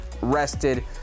rested